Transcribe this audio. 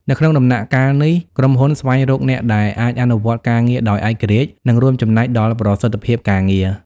នៅក្នុងដំណាក់កាលនេះ ក្រុមហ៊ុនស្វែងរកអ្នកដែលអាចអនុវត្តការងារដោយឯករាជ្យ និងរួមចំណែកដល់ប្រសិទ្ធភាពការងារ។